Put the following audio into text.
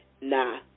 nah